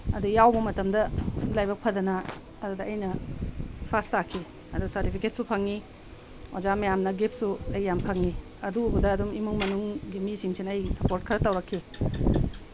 ꯑꯗ ꯌꯥꯎꯕ ꯃꯇꯝꯗ ꯂꯥꯏꯕꯛ ꯐꯗꯅ ꯑꯗꯨꯗ ꯑꯩꯅ ꯐꯥꯔꯁ ꯇꯥꯈꯤ ꯑꯗꯣ ꯁꯥꯔꯇꯤꯐꯤꯀꯦꯠꯁꯨ ꯐꯪꯉꯤ ꯑꯣꯖꯥ ꯃꯌꯥꯝꯅ ꯒꯤꯐꯁꯨ ꯑꯩ ꯌꯥꯝ ꯐꯪꯉꯤ ꯑꯗꯨ ꯎꯕꯗ ꯑꯗꯨꯝ ꯏꯃꯨꯡ ꯃꯅꯨꯡꯒꯤ ꯃꯤꯁꯤꯡꯁꯤꯅ ꯑꯩꯒꯤ ꯁꯞꯄꯣꯔꯠ ꯈꯔ ꯇꯧꯔꯛꯈꯤ